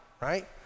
right